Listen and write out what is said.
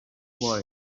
boy